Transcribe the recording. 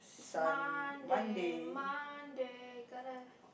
it's Monday Monday gonna